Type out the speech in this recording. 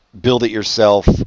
build-it-yourself